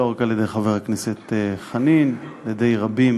לא רק של חבר הכנסת חנין, של רבים